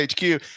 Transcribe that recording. HQ